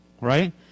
right